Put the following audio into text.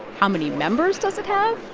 how many members does it have?